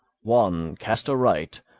one, cast aright,